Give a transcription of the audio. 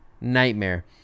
nightmare